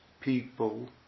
people